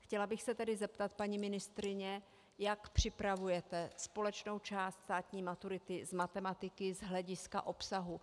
Chtěla bych se tedy zeptat, paní ministryně, jak připravujete společnou část státní maturity z matematiky z hlediska obsahu.